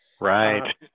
Right